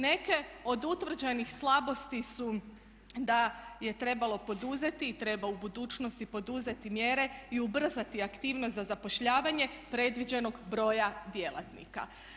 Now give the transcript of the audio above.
Neke od utvrđenih slabosti su da je trebalo poduzeti i treba u budućnosti poduzeti mjere i ubrzati aktivnost za zapošljavanje predviđenog broja djelatnika.